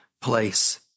place